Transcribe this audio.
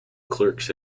clerks